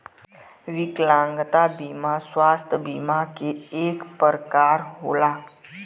विकलागंता बिमा स्वास्थ बिमा के एक परकार होला